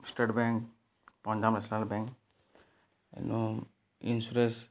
state bank Punjab national bank ଏବଂ insurance